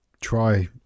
try